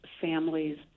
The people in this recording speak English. families